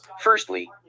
Firstly